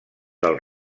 del